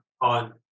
on